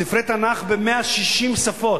ספרי תנ"ך ב-160 שפות,